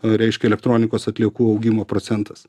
reiškia elektronikos atliekų augimo procentas